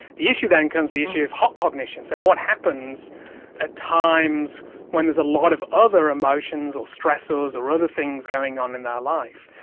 the issue then comes the issue of hot cognition, so what happens at times when there's a lot of other emotions or stressors or other things going on in their life.